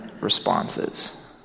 responses